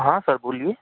ہاں سر بولیے